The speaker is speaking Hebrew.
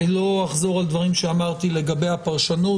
לא אחזור על דברים שאמרתי לגבי הפרשנות.